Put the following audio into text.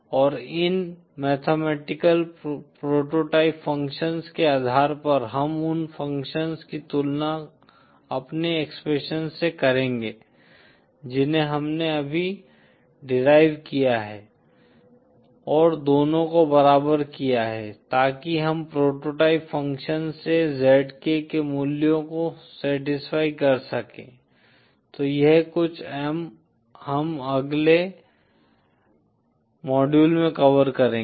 और इन mathematical prototype functions के आधार पर हम उन फ़ंक्शंस की तुलना अपने एक्सप्रेशंस से करेंगे जिन्हें हमने अभी डेरिआव किया है और दोनों को बराबर किया है ताकि हम प्रोटोटाइप फ़ंक्शन से zk के मूल्यों को सैटिस्फाई कर सकें तो यह कुछ हम अगले मोडुअल में कवर करेंगे